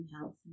health